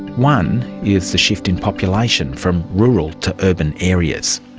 one is the shift in population from rural to urban areas.